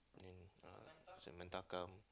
then uh Samantha come